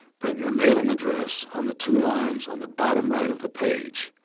print your mailing address on the two lines on the bottom right of the page.